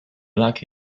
black